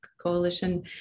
Coalition